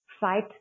fight